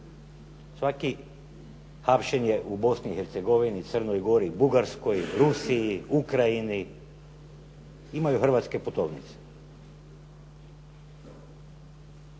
Svako hapšenje u Bosni i Hercegovini, Crnoj Gori, Bugarskoj, Rusiji, Ukrajini imaju hrvatske putovnice.